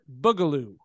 boogaloo